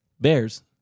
Bears